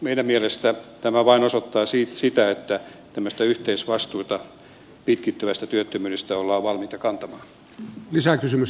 meidän mielestämme tämä vain osoittaa sitä että tämmöistä yhteisvastuuta pitkittyvästä työttömyydestä ollaan valmiita kantamaan